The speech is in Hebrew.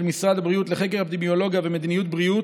משרד הבריאות לחקר אפידמיולוגיה ומדיניות בריאות,